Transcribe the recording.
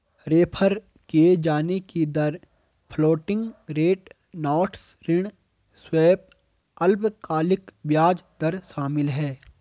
refer किये जाने की दर फ्लोटिंग रेट नोट्स ऋण स्वैप अल्पकालिक ब्याज दर शामिल है